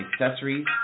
accessories